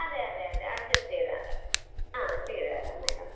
അതെ അതെ അതെ അഡ്ജസ്റ്റ് ചെയ്തു തരാം ആ ചെയ്തു തരാം മേഡം